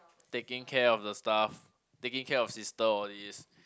taking care of the stuff taking care of sister all these